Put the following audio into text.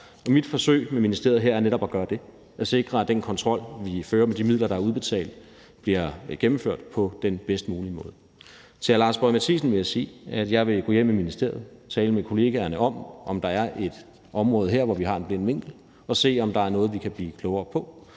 Mit forsøg med arbejdet i ministeriet her er netop at gøre det, nemlig sikre, at den kontrol, vi fører med de midler, der er udbetalt, bliver gennemført på den bedst mulige måde. Til hr. Lars Boje Mathiesen vil jeg sige, at jeg vil gå hjem i ministeriet og tale med kollegaerne om, om der er et område her, hvor vi har en blind vinkel, og se, om der er noget, vi kan blive klogere på.